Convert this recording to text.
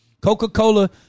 Coca-Cola